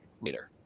later